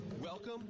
welcome